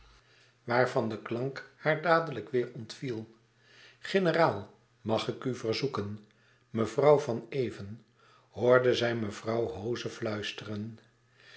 waarvan de klank haar dadelijk weêr ontviel generaal mag ik u verzoeken mevrouw van even hoorde zij mevrouw hoze fluisteren